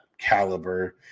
caliber